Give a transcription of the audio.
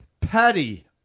Paddy